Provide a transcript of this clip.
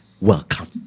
Welcome